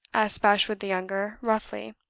asked bashwood the younger, roughly.